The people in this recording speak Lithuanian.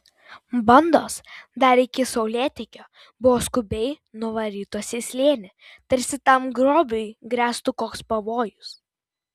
bandos dar iki saulėtekio buvo skubiai nuvarytos į slėnį tarsi tam grobiui grėstų koks pavojus